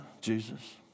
Jesus